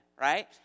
right